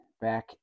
back